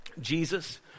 Jesus